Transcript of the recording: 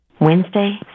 Wednesday